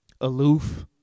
aloof